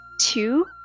Two